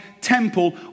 temple